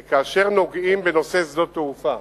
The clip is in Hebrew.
כאשר נוגעים בנושא שדות תעופה,